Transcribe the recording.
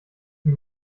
die